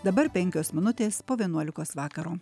dabar penkios minutės po vienuolikos vakaro